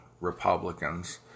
Republicans